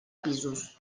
pisos